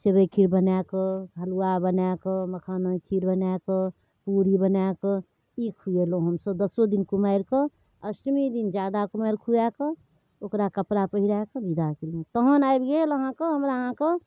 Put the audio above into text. सेवइ खीर बनाकऽ हलुआ बनाकऽ मखानके खीर बनाकऽ पूड़ी बनाकऽ ई खुएलहुँ हमसभ दसो दिन कुमारिके अष्टमी दिन ज्यादा कुमारि खुआकऽ ओकरा कपड़ा पहिराकऽ विदा कएलहुँ तहन आबि गेल अहाँके हमरा अहाँके